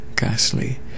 ghastly